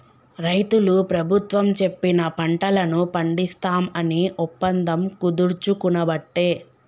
రైతులు ప్రభుత్వం చెప్పిన పంటలను పండిస్తాం అని ఒప్పందం కుదుర్చుకునబట్టే